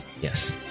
Yes